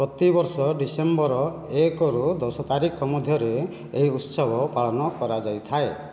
ପ୍ରତିବର୍ଷ ଡିସେମ୍ବର ଏକ ରୁ ଦଶ ତାରିଖ ମଧ୍ୟରେ ଏହି ଉତ୍ସବ ପାଳନ କରାଯାଇଥାଏ